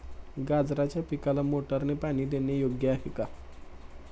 गाजराच्या पिकाला मोटारने पाणी देणे योग्य आहे का?